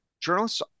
journalists